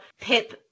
Pip